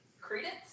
credence